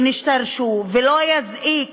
שנשתרשו, ולא יזעיק